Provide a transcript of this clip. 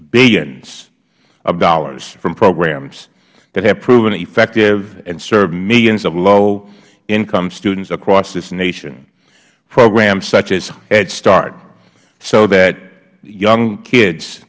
billions of dollars from programs that have proven effective and served millions of low income students across this nation programs such as head start so that young kids